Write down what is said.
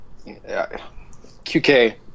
QK